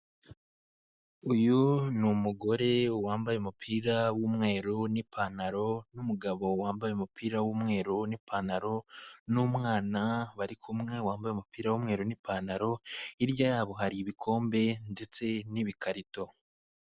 Uyu ni umugore wambaye umupira w'umweru n'ipantaro n'umugabo wambaye umupira w'umweru n'ipantaro n'umwana barikumwe wambaye umupira w'umweru n'ipantaro, hirya yabo hari ibikombe ndetse n'ibikarito.